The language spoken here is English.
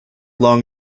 long